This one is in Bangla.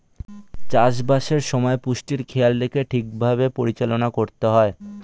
চাষ বাসের সময় পুষ্টির খেয়াল রেখে ঠিক ভাবে পরিচালনা করতে হয়